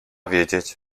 wiedzieć